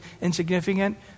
insignificant